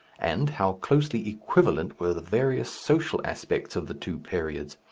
and how closely equivalent were the various social aspects of the two periods.